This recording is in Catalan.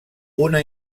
una